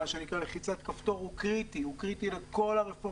מה שנקרא "בלחיצת כפתור" הוא קריטי לכל הרפורמה.